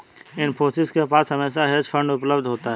इन्फोसिस के पास हमेशा हेज फंड उपलब्ध होता है